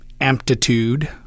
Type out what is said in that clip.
amplitude –